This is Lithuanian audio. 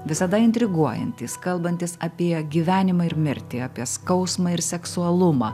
visada intriguojantys kalbantys apie gyvenimą ir mirtį apie skausmą ir seksualumą